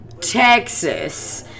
Texas